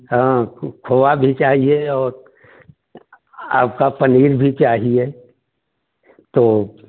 हाँ खो खोआ भी चाहिए और आपका पनीर भी चाहिए तो